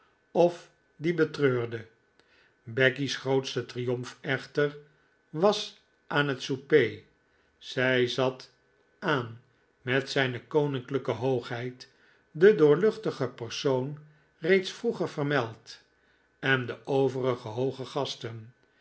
of die betreurde becky's grootste triomf echter was aan het souper zij zat aan met zijne koninklijke hoogheid den doorluchtigen persoon reeds vroeger vermeld en de overige hooge gasten